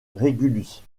régulus